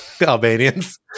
albanians